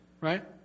right